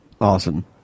Awesome